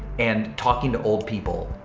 and talking to old people.